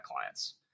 clients